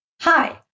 Hi